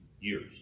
years